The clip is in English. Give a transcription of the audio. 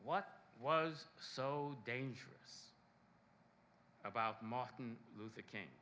what was so dangerous about martin luther king